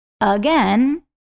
Again